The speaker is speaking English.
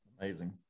Amazing